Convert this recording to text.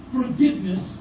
forgiveness